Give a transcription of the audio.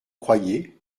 croyez